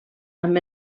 amb